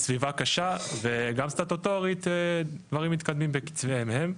סביבה קשה וגם סטטוטורית דברים מתקדמים בקצביהם הם,